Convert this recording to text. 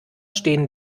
stehen